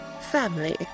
family